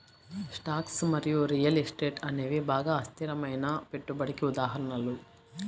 stocks మరియు real estate అనేవి బాగా అస్థిరమైన పెట్టుబడికి ఉదాహరణలు